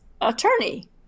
attorney